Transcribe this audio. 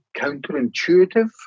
counterintuitive